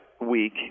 week